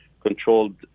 controlled